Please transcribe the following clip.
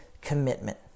commitment